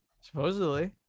Supposedly